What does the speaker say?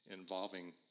involving